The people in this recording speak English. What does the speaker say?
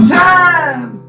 time